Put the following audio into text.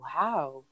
wow